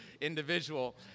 individual